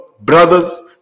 brothers